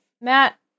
Matt